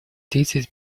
тридцать